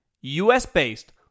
US-based